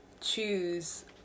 choose